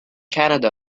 canada